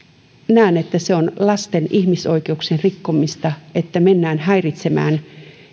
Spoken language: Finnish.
näen että se on lasten ihmisoikeuksien rikkomista että mennään häiritsemään